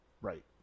Right